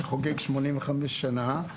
שחוגג שמונים וחמש שנה,